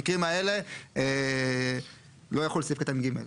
שבמקרים האלה לא יחול סעיף קטן (ג).